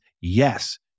yes